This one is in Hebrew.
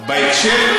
אז בהקשר,